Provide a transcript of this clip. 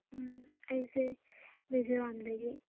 ꯎꯝ ꯑꯩꯁꯦ ꯃꯤꯖꯣꯔꯥꯝꯗꯒꯤ